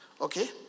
okay